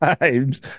times